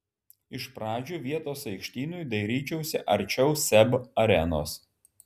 iš pradžių vietos aikštynui dairytasi arčiau seb arenos